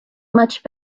much